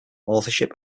authorship